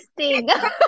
interesting